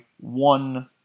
one